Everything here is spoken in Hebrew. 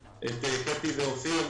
את קטי ואופיר,